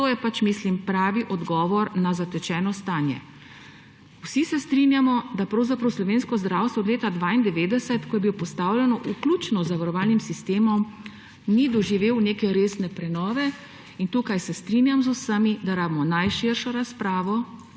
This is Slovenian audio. To je pač, mislim, pravi odgovor na zatečeno stanje. Vsi se strinjamo, da pravzaprav slovensko zdravstvo od leta 1992, ko je bilo postavljeno, vključno z zavarovalnim sistemom, ni doživelo neke resne prenove. Tukaj se strinjam z vsemi, da rabimo najširšo razpravo